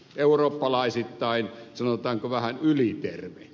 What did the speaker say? eurooppalaisittain sanotaanko vähän yliterve